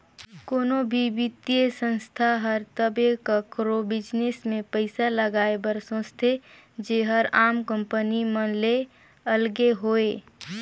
कोनो भी बित्तीय संस्था हर तबे काकरो बिजनेस में पइसा लगाए बर सोंचथे जेहर आम कंपनी मन ले अलगे होए